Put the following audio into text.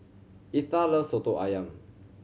Etha loves Soto Ayam